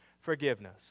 forgiveness